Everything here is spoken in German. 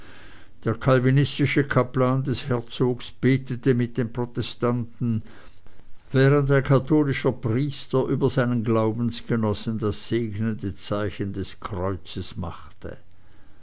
der calvinistische kaplan des herzogs betete mit den protestanten während ein katholischer priester über seinen glaubensgenossen das segnende zeichen des kreuzes machte